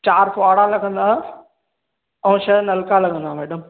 चार फुहारा लॻंदा ऐं छह नलका लॻंदा मैडम